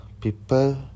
People